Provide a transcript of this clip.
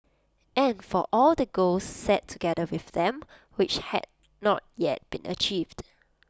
and for all the goals set together with them which had not yet been achieved